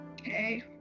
Okay